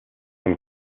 vom